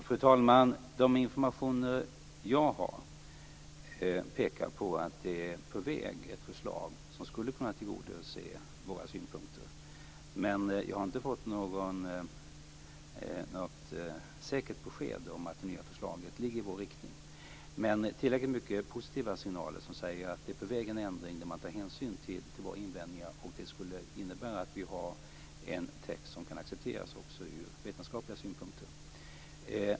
Fru talman! De informationer jag har pekar på att ett förslag som skulle kunna tillgodose våra synpunkter är på väg. Jag har inte fått något säkert besked om att förslaget ligger i vår riktning. Men det finns tillräckligt mycket positiva signaler att en ändring är på väg där man tar hänsyn till våra invändningar. Det skulle innebära att det blir en text som kan accepteras ur vetenskaplig synvinkel.